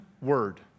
word